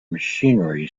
machinery